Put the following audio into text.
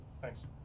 Thanks